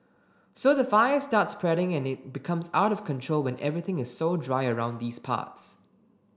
so the fire starts spreading and it becomes out of control when everything is so dry around these parts